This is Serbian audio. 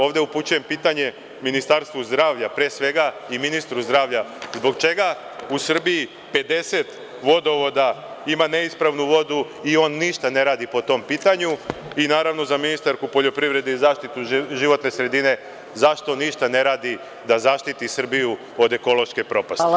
Ovde upućujem pitanje Ministarstvu zdravlja pre svega i ministru zdravlja – zbog čega u Srbiji 50 vodovoda ima neispravnu vodu i on ništa ne radi po tom pitanju i naravno za ministarku poljoprivrede i zaštitu životne sredine zašto ništa ne radi da zaštiti Srbiju od ekološke propasti?